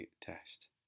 test